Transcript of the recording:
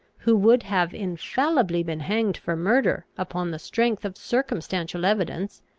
who would have infallibly been hanged for murder upon the strength of circumstantial evidence,